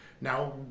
Now